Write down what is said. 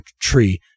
tree